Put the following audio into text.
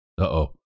Uh-oh